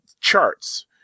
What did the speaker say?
charts